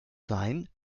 sein